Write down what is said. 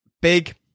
big